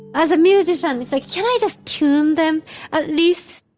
as a musician, it's like, can i just tune them at least?